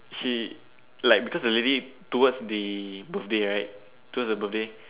she like because the lady towards the birthday right towards the birthday